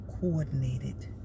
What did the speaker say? Coordinated